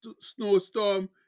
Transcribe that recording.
snowstorm